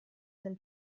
del